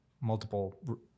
multiple